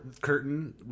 curtain